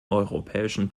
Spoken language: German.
europäischen